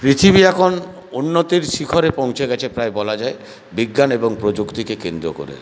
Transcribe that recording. পৃথিবী এখন উন্নতির শিখরে পৌঁছে গেছে প্রায় বলা যায় বিজ্ঞান এবং প্রযুক্তিকে কেন্দ্র করে